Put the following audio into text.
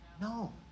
No